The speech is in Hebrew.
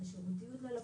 את השירותיות ללקוח,